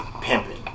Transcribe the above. Pimping